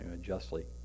justly